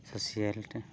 ᱥᱳᱥᱟᱞᱴ